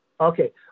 Okay